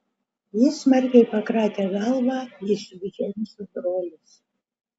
ji smarkiai pakratė galvą jis juk džeimso brolis